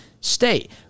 state